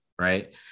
right